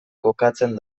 kokatzen